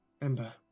Ember